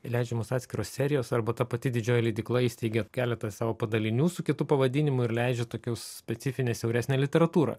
leidžiamos atskiros serijos arba ta pati didžioji leidykla įsteigia keletą savo padalinių su kitu pavadinimu ir leidžia tokią specifinę siauresnę literatūrą